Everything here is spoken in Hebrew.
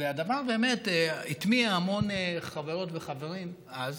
הדבר התמיה המון חברות וחברים אז,